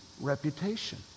reputation